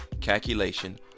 calculation